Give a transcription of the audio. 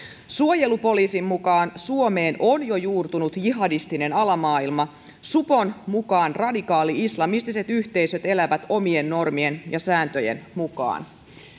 suojelupoliisin mukaan suomeen on jo juurtunut jihadistinen alamaailma supon mukaan radikaali islamistiset yhteisöt elävät omien normien ja sääntöjen mukaan